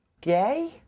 Gay